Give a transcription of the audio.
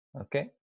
okay